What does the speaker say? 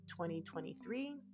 2023